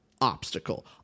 obstacle